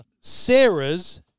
Sarah's